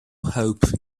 hope